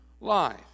life